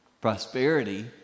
Prosperity